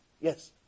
Yes